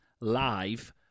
live